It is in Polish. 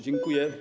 Dziękuję.